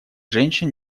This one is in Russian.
женщин